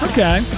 Okay